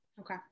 okay